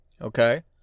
okay